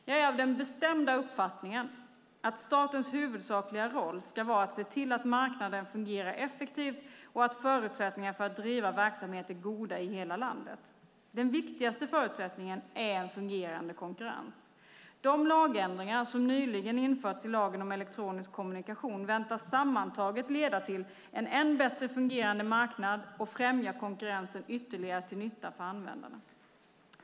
Jag är av den bestämda uppfattningen att statens huvudsakliga roll ska vara att se till att marknaden fungerar effektivt och att förutsättningar för att driva verksamhet är goda i hela landet. Den viktigaste förutsättningen är en fungerande konkurrens. De lagändringar som nyligen införts i lagen om elektronisk kommunikation väntas sammantaget leda till en än bättre fungerande marknad och främja konkurrensen ytterligare till nytta för användarna.